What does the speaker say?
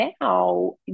now